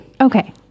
Okay